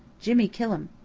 jimmy kill um.